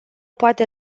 poate